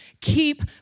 keep